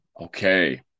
Okay